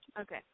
Okay